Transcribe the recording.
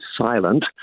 silent